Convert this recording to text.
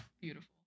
Beautiful